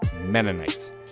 Mennonites